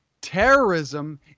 Terrorism